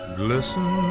glisten